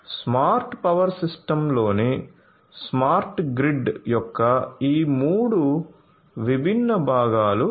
smart power సిస్టమ్లోని smart grid యొక్క ఈ 3 విభిన్న భాగాలు ఇవి